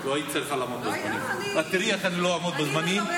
לא היית צריכה לעמוד בזמנים.